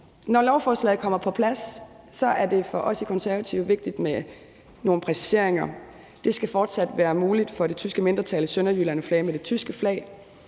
Når lovforslaget kommer på plads, er det for os i Konservative vigtigt med nogle præciseringer. Det skal fortsat være muligt for det tyske mindretal i Sønderjylland at flage med det tyske flag.